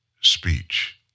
speech